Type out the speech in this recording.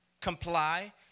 comply